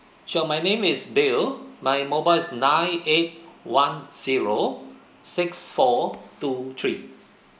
sure my name is bill my mobile is nine eight one zero six four two three